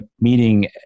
meeting